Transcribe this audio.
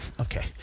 Okay